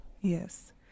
Yes